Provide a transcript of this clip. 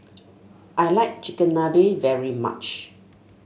I like Chigenabe very much